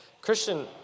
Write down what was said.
Christian